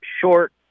short